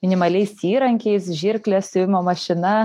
minimaliais įrankiais žirklės siuvimo mašina